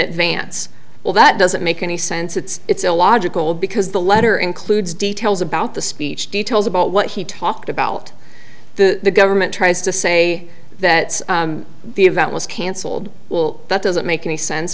advance well that doesn't make any sense it's illogical because the letter includes details about the speech details about what he talked about the government tries to say that the event was cancelled well that doesn't make any sense